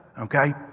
Okay